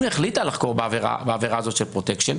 אם היא החליטה לחקור בעבירה הזאת של פרוטקשן,